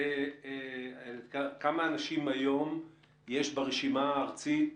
כמה אנשים היום יש ברשימה הארצית,